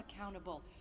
accountable